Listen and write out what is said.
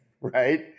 right